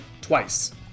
Twice